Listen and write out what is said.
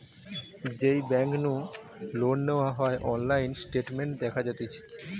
যেই বেংক নু লোন নেওয়া হয়অনলাইন স্টেটমেন্ট দেখা যাতিছে